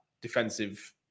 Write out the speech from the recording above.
defensive